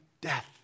death